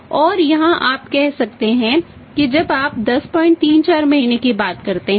और यहां आप कह सकते हैं कि जब आप 1034 महीने की बात करते हैं